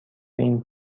این